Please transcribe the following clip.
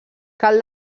cal